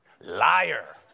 Liar